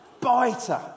Biter